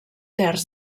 terç